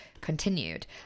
continued